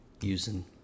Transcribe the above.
using